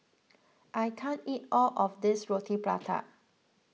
I can't eat all of this Roti Prata